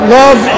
love